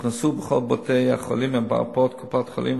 הוכנסו בכל בתי-החולים ומרפאות קופת-חולים,